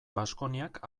baskoniak